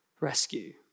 rescue